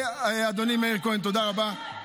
אדוני מאיר כהן, תודה רבה.